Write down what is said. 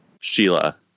Sheila